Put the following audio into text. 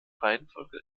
reihenfolge